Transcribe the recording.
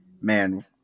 man